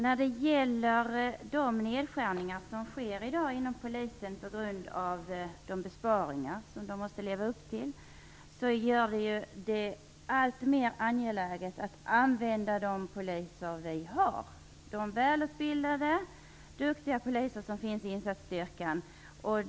Fru talman! De nedskärningar som sker i dag inom Polisen på grund av de besparingar man måste leva upp till gör det alltmer angeläget att använda de poliser som vi har, de välutbildade, duktiga poliser som finns i insatsstyrkan.